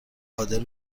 قادر